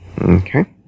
Okay